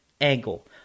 angle